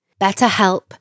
BetterHelp